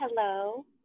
Hello